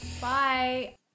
Bye